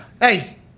Hey